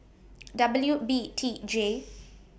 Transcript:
W B T J